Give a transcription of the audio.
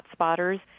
hotspotters